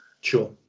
sure